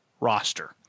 roster